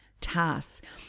tasks